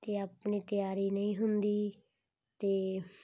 ਅਤੇ ਆਪਣੀ ਤਿਆਰੀ ਨਹੀਂ ਹੁੰਦੀ ਅਤੇ